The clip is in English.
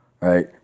right